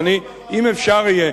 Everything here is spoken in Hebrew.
שיבוא לוועדה.